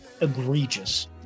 egregious